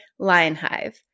Lionhive